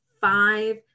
five